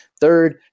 third